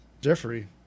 jeffrey